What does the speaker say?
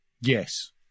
yes